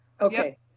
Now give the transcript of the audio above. Okay